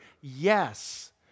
yes